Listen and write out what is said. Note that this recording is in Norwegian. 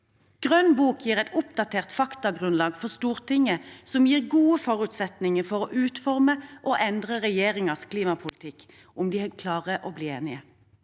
Grønn bok gir et oppdatert faktagrunnlag for Stortinget, som gir gode forutsetninger for å utforme og endre regjeringens klimapolitikk – om de klarer å bli enige.